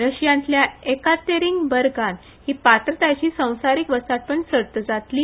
रशीयातल्या एकातेरींग बर्गांत ही पात्रतायेची संसारीक वस्तादपण सर्त जातली